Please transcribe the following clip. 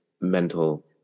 mental